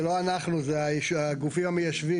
זה לא אנחנו זה הגופים המייסדים,